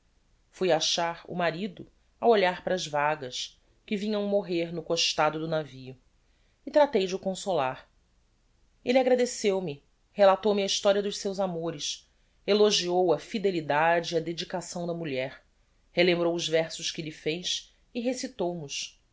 fui achar o marido a olhar para as vagas que vinham morrer na costado do navio e tratei de o consolar elle agradeceu me relatou me a historia dos seus amores elogiou a fidelidade e a dedicação da mulher relembrou os versos que lhe fez e